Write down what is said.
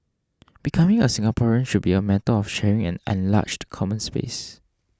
becoming a Singaporean should be a matter of sharing an enlarged common space